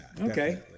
Okay